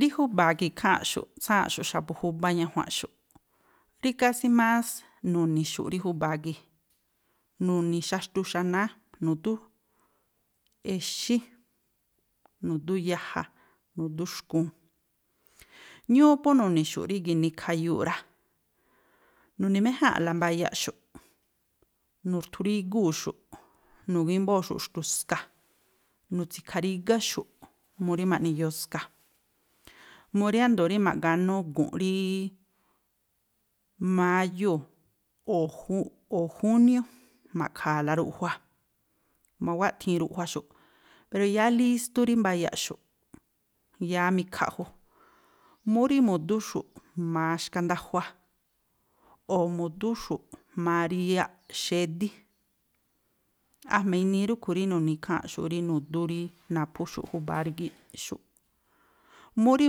Rí júba̱a gii̱ ikháa̱nꞌxu̱ꞌ tsáa̱nꞌxu̱ꞌ xa̱bu̱ júbá ñajuanꞌxu̱ꞌ, rí kásí más nu̱ni̱xu̱ꞌ rí júba̱a gii̱, nu̱ni̱ xaxtu xanáá, nu̱dú exí, nu̱dú yaja, nu̱dú xkuun. Ñúúꞌ phú nu̱ni̱xu̱ꞌ rí ginii khayuuꞌ rá. Nu̱ni̱ méjáa̱nꞌla mbayaꞌxu̱ꞌ, nu̱rthurígúu̱xu̱ꞌ, nu̱gímbóo̱xu̱ꞌ xtu̱ska, nu̱tsi̱kha̱rígáxu̱ꞌ mu rí ma̱ꞌni yoska, mu riándo rí ma̱ꞌganú gu̱nꞌ rííí máyúu̱ o̱ o̱ júniú ma̱ꞌkha̱a̱la ruꞌjua. Ma̱wáꞌthi̱in ruꞌjuaxu̱ꞌ, pero yá lístú rí mbayaꞌxu̱ꞌ, yáá mikhaꞌju. Mú rí mu̱dúxu̱ꞌ jma̱a xkandajua, o̱ mu̱dúxu̱ꞌ jma̱a riyaꞌ xédí. A̱jma̱ inii rúꞌkhui̱ rí nu̱ni̱ ikháa̱nꞌxu̱ꞌ rí nu̱dú rí naphúxu̱ꞌ júba̱a rígíꞌxu̱ꞌ. Mú rí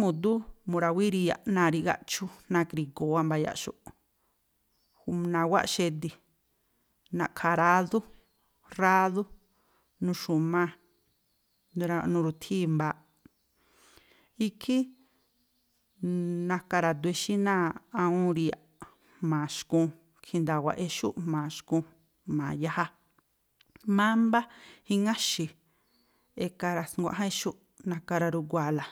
mu̱dú, mu̱rawíí náa̱ rí gáꞌchú, náa̱ kri̱go̱o̱ wáa̱ mbayaꞌxu̱ꞌ nawáꞌ xedi̱, na̱ꞌkha̱ arádú, rádú nuxu̱máa̱ nuru̱thíi̱ mbaaꞌ. Ikhi naka ra̱du exí náa̱ꞌ awúún riyaꞌ jma̱a xkuun, khinda̱wa̱ꞌ exú jma̱a xkuun, jma̱a yaja. Mámbá iŋáxi̱ eka ra̱snguaꞌján exuꞌ, naka ra̱rugua̱a̱la.